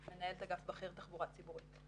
אני מנהלת אגף בכיר תחבורה ציבורית.